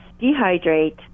dehydrate